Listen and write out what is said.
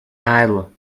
idol